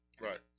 Right